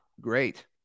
great